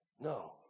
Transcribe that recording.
No